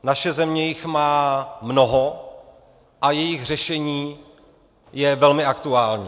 Naše země jich má mnoho a jejich řešení je velmi aktuální.